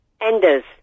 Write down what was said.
Enders